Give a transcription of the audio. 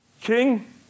King